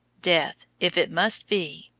death, if it must be,